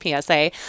PSA